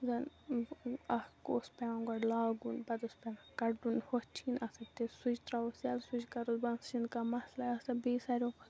اَکھ اوس پٮ۪وان گۄڈٕ لاگُن پَتہٕ اوس پٮ۪وان کَڑُن ہُتھ چھی نہٕ آسان تہِ سُچ ترٛاووس یَلہٕ سُچ کَرو بنٛد سُہ چھِنہٕ کانٛہہ مَسلَے آسان بیٚیہِ ساروۍ کھۄتہٕ